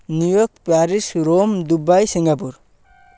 New York Paris Rome Dubai Singapore